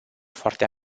foarte